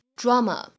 drama